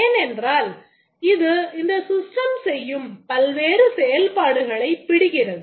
ஏனென்றால் இது இந்த system செய்யும் பல்வேறு செயல்பாடுகளை பிடிக்கிறது